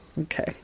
okay